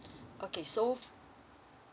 okay so